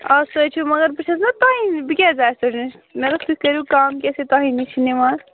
آ سۅے چھِ مگر بہٕ چھَس نا تُہی نِش بہٕ کیٛازِ آیَس ژےٚ نِش مگر تُہۍ کٔرِو کَم کہِ أسۍ ہَے تُہی نِش چھِ نِوان